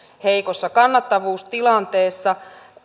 heikossa kannattavuustilanteessa